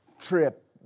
trip